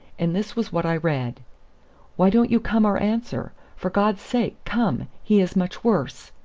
and this was what i read why don't you come or answer? for god's sake, come. he is much worse.